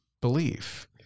belief